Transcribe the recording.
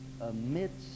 amidst